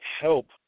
help